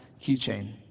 keychain